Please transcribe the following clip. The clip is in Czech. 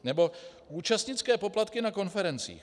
Nebo účastnické poplatky na konferencích.